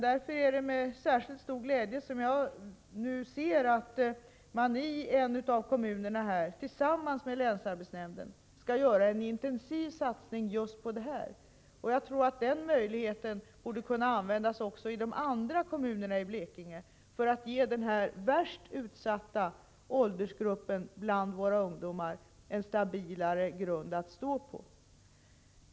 Därför är det med särskilt stor glädje som jag nu konstaterar att man i en av kommunerna i Blekinge tillsammans med länsarbetsnämnden skall göra en intensiv satsning på just detta. Jag tror att den här möjligheten borde kunna användas också i de andra kommunerna för att ge denna den värst utsatta åldersgruppen bland våra ungdomar en stabilare grund att stå på.